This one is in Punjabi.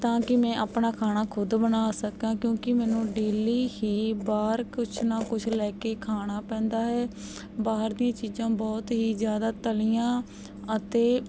ਤਾਂ ਕਿ ਮੈਂ ਆਪਣਾ ਖਾਣਾ ਖੁਦ ਬਣਾ ਸਕਾਂ ਕਿਉਂਕਿ ਮੈਨੂੰ ਡੇਲੀ ਹੀ ਬਾਹਰ ਕੁਛ ਨਾ ਕੁਛ ਲੈ ਕੇ ਖਾਣਾ ਪੈਂਦਾ ਹੈ ਬਾਹਰ ਦੀਆਂ ਚੀਜ਼ਾਂ ਬਹੁਤ ਹੀ ਜ਼ਿਆਦਾ ਤਲੀਆਂ ਅਤੇ